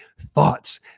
thoughts